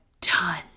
done